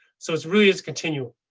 so it's really is continuum.